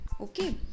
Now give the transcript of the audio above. Okay